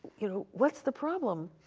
you know, what's the problem?